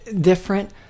Different